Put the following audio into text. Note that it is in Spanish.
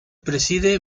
preside